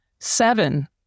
seven